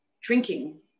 drinking